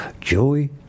Joy